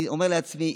אני אומר לעצמי,